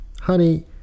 honey